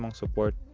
support